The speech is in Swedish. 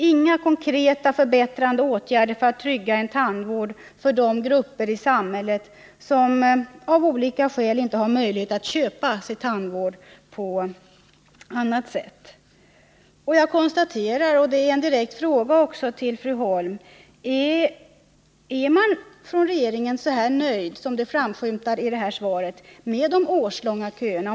inga konkreta förbättrande åtgärder för att trygga en tandvård till de grupper i samhället som av olika skäl inte har möjlighet att köpa sig tandvård på annat sätt. Jag konstaterar detta och har också en direkt fråga till fru Holm: Är regeringen så nöjd som det framskymtar i det här svaret med de årslånga köerna?